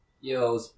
Yo